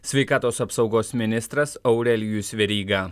sveikatos apsaugos ministras aurelijus veryga